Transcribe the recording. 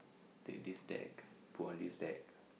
take this stack put on this deck